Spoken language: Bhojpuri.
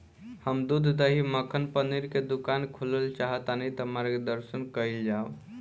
हम दूध दही मक्खन पनीर के दुकान खोलल चाहतानी ता मार्गदर्शन कइल जाव?